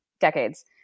decades